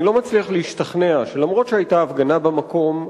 לא מצליח להשתכנע שאף-על-פי שהיתה הפגנה במקום,